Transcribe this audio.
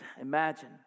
imagine